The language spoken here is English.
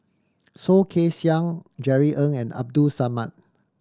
Soh Kay Siang Jerry Ng and Abdul Samad